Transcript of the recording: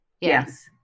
Yes